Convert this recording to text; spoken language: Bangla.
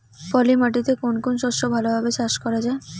পলি মাটিতে কোন কোন শস্য ভালোভাবে চাষ করা য়ায়?